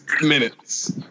minutes